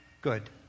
good